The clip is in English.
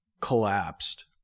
collapsed